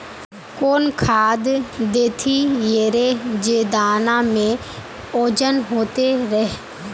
कौन खाद देथियेरे जे दाना में ओजन होते रेह?